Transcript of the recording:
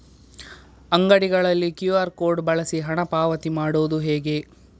ಅಂಗಡಿಗಳಲ್ಲಿ QR code ಬಳಸಿ ಹಣ ಪಾವತಿ ಮಾಡೋದು ಹೇಗೆ?